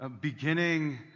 beginning